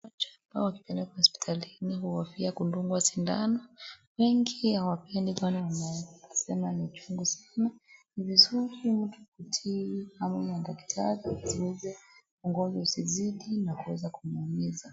Watu wakipelekwa hospitalini wanahofia kudungwa sindano wengi hawapendi wanasema ni uchungu sana ni vizuri mtu kutii amri ya daktari ili ugonjwa isizidi na kuweza kumuumiza.